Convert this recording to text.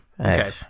Okay